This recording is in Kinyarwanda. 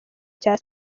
cya